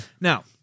Now